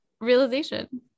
realization